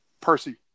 Percy